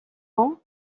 ans